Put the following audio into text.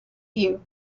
you